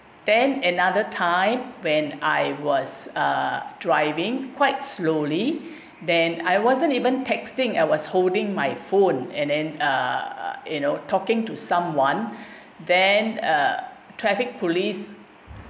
then another time when I was uh driving quite slowly then I wasn't even texting I was holding my phone and and uh you know talking to someone then uh traffic police